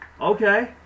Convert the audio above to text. Okay